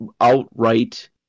outright